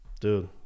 Dude